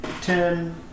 ten